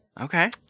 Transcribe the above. Okay